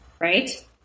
right